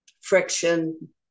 friction